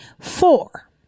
four